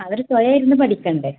അവര് സ്വയം ഇരുന്ന് പഠിക്കണ്ടേ